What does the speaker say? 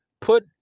Put